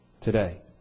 today